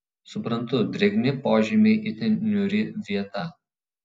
suprantu drėgni požemiai itin niūri vieta